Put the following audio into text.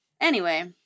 anyway-